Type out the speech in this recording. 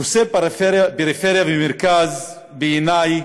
נושא פריפריה ומרכז, בעיני,